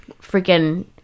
freaking